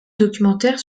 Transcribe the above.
documentaires